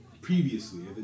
previously